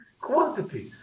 quantity